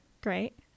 Great